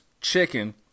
chicken